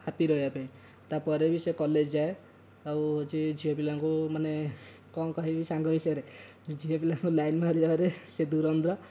happy ରହିବା ପାଇଁ ତା'ପରେ ବି ସେ କଲେଜ୍ ଯାଏ ଆଉ ହେଉଛି ଝିଅପିଲାଙ୍କୁ ମାନେ କ'ଣ କହିବି ସାଙ୍ଗ ବିଷୟରେ ଝିଅପିଲାଙ୍କୁ ଲାଇନ୍ ମାରିବାରେ ସେ ଧୁରନ୍ଧର